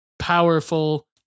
powerful